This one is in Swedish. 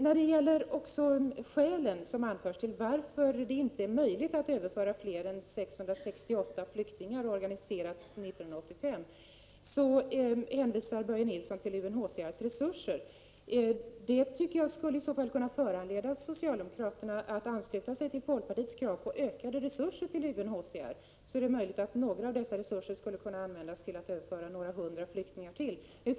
Vad gäller skälen till att det inte var möjligt att överföra fler än 668 flyktingar organiserat år 1985 hänvisar Börje Nilsson till UNHCR:s resurser. Det tycker jag i så fall skulle föranleda socialdemokraterna att ansluta sig till folkpartiets krav på ökade resurser till UNHCR. I så fall är det möjligt att en del av dessa resurser skulle kunna användas till att överföra några hundra flyktingar ytterligare.